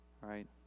Right